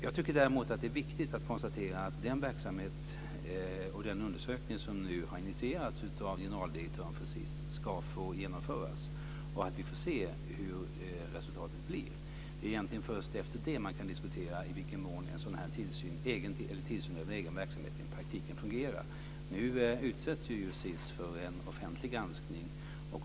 Jag tycker däremot att det är viktigt att konstatera att den undersökning av verksamheten som nu har initierats av generaldirektören för SiS ska få genomföras, och vi får se hur resultatet blir. Det är egentligen först efter det som man kan diskutera i vilken mån en tillsyn över egen verksamhet i praktiken fungerar. Nu utsätts SiS för en offentlig granskning.